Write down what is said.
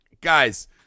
guys